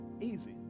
easy